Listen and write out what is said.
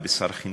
ובשר החינוך,